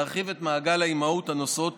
להרחיב את מעגל האימהות הנושאות,